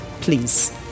please